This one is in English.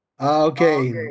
Okay